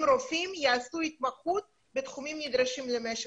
רופאים יעשו התמחות בתחומים נדרשים למשק.